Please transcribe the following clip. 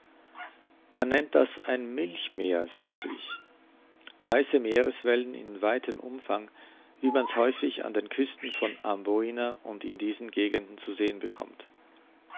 man nennt das ein milchmeer sagte ich weiße meereswellen in weitem umfang wie man's häufig an den küsten von amboina und in diesen gegenden zu sehen bekommt